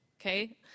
okay